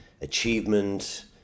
achievement